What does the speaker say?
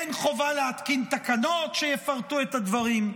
אין חובה להתקין תקנות שיפרטו את הדברים.